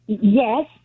Yes